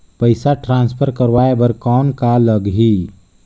पइसा ट्रांसफर करवाय बर कौन का लगही?